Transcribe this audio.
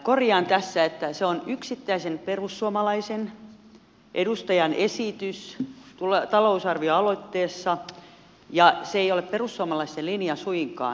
korjaan tässä että se on yksittäisen perussuomalaisen edustajan esitys talousarvioaloitteessa ja se ei ole perussuomalaisten linja suinkaan